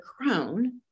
crone